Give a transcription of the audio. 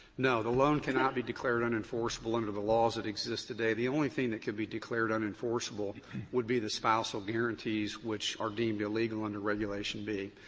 no, the loan cannot be declared unenforceable under the laws that exist today. the only thing that could be declared unenforceable would be the spousal guaranties which are deemed illegal under regulation b.